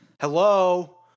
Hello